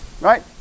right